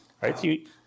right